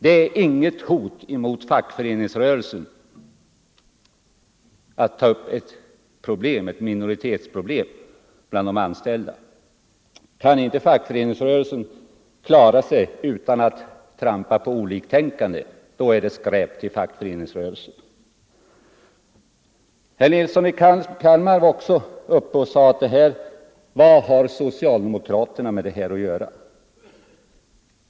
Det är inget hot mot fackföreningsrörelsen att ta upp ett minoritetsproblem bland de anställda. Kan inte fackföreningsrörelsen klara sig utan att trampa på oliktänkande, då är det skräp till fackföreningsrörelse. Herr Nilsson i Kalmar har ju också varit uppe i debatten, och han sade: Vad har socialdemokraterna med det här att göra?